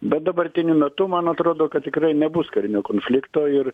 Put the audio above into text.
bet dabartiniu metu man atrodo kad tikrai nebus karinio konflikto ir